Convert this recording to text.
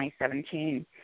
2017